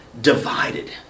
divided